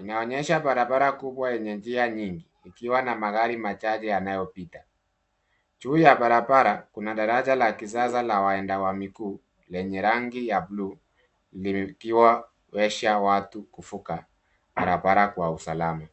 Inaonyesha barabara kubwa yenye njia nyingi ikiwa na magari machache yanayopita. Juu ya barabara kuna daraja la kisasa la waenda kwa miguu lenye rangi ya bluu likiwezesha watu kuvuka barabara kwa usalama.